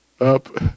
Up